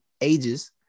ages